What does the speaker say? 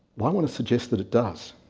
want want to suggest that it does.